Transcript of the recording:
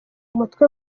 mutwe